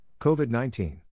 COVID-19